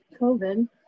COVID